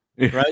right